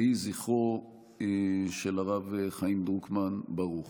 יהי זכרו של הרב חיים דרוקמן ברוך.